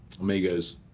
Amigos